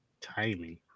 timing